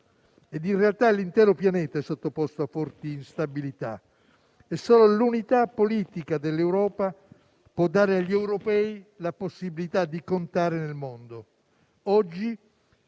In realtà, l'intero pianeta è sottoposto a forti instabilità e solo l'unità politica dell'Europa può dare agli europei la possibilità di contare nel mondo.